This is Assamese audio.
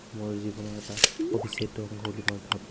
মোৰ জীৱনৰ এটা অবিচ্ছেদ্য অংগ বুলি মই ভাবোঁ